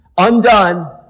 Undone